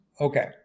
Okay